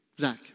Zach